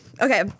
okay